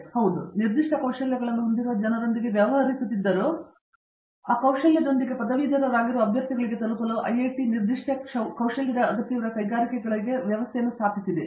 ಆದ್ದರಿಂದ ಹೌದು ನಾವು ನಿರ್ದಿಷ್ಟ ಕೌಶಲಗಳನ್ನು ಹೊಂದಿರುವ ಜನರೊಂದಿಗೆ ವ್ಯವಹರಿಸುತ್ತಿದ್ದರೂ ಆ ಕೌಶಲ್ಯದೊಂದಿಗೆ ಪದವೀಧರರಾಗಿರುವ ಅಭ್ಯರ್ಥಿಗಳಿಗೆ ತಲುಪಲು ಐಐಟಿ ನಿರ್ದಿಷ್ಟ ಕೌಶಲ್ಯದ ಅಗತ್ಯವಿರುವ ಕೈಗಾರಿಕೆಗಳಿಗೆ ವ್ಯವಸ್ಥೆಯನ್ನು ಸ್ಥಾಪಿಸಿದೆ